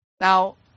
Now